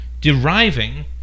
deriving